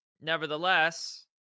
Nevertheless